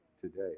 today